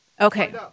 Okay